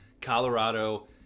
Colorado